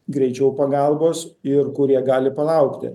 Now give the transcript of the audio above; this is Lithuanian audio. greičia pagalbos ir kurie gali palaukti